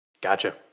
Gotcha